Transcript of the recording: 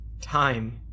time